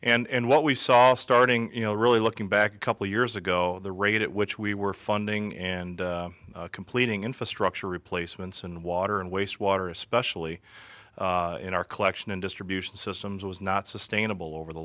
area and what we saw starting you know really looking back a couple of years ago the rate at which we were funding and completing infrastructure replacements and water and waste water especially in our collection and distribution systems was not sustainable over the